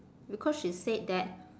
because she said that